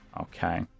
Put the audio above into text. Okay